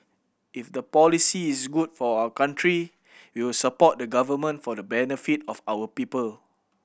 if the policy is good for our country we will support the Government for the benefit of our people